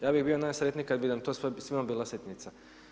Ja bih bio najsretniji kada bi nam to svima bila sitnica.